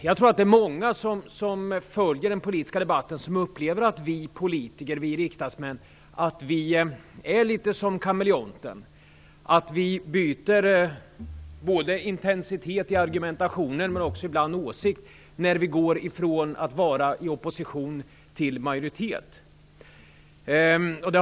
Jag tror att det är många som följer den politiska debatten som upplever att vi riksdagsmän är litet som kameleonten: vi byter intensitet i argumentationen och ibland också åsikt när vi går från att vara i opposition till att vara i majoritet.